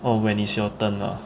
oh when is your turn lah